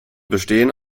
bestehen